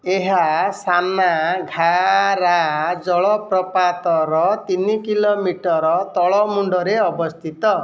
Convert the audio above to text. ଏହା ସାନାଘାରା ଜଳପ୍ରପାତର ତିନି କିଲୋମିଟର ତଳମୁଣ୍ଡରେ ଅବସ୍ଥିତ